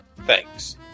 Thanks